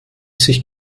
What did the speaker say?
sich